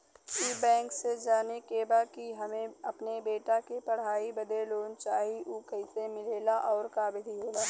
ई बैंक से जाने के बा की हमे अपने बेटा के पढ़ाई बदे लोन चाही ऊ कैसे मिलेला और का विधि होला?